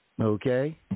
Okay